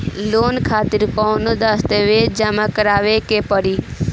Loan खातिर कौनो दस्तावेज जमा करावे के पड़ी?